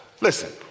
Listen